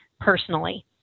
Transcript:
personally